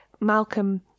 malcolm